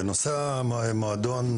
בנושא המועדון,